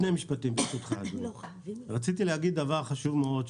רציתי להגיד דבר חשוב מאוד,